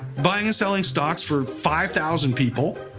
buying and selling stocks for five thousand people,